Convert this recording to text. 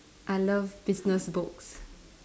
I love business books